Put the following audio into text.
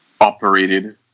operated